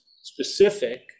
specific